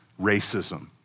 racism